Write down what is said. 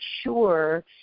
sure